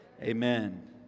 Amen